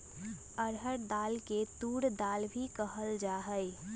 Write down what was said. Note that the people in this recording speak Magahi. अरहर दाल के तूर दाल भी कहल जाहई